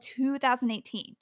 2018